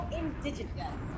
indigenous